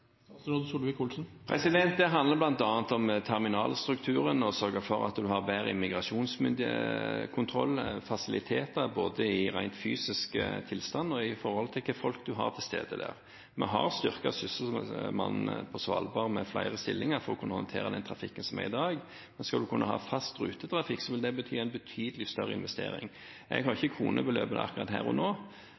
Det handler bl.a. om terminalstrukturen og å sørge for at man har bedre immigrasjonskontroll og fasiliteter, både i rent fysisk tilstand og i forhold til hvilke folk man har til stede der. Vi har styrket sysselmannen på Svalbard med flere stillinger for å kunne håndtere den trafikken som er i dag. Men skal man kunne ha fast rutetrafikk, vil det bety en betydelig større investering – jeg har ikke kronebeløpet akkurat her og nå.